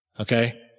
Okay